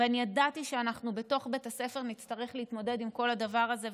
ואני ידעתי שאנחנו בתוך בית הספר נצטרך להתמודד עם כל הדבר הזה,